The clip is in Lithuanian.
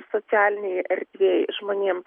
socialinėj erdvėj žmonėm